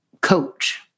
coach